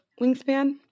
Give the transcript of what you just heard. wingspan